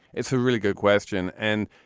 it's a really good question. and.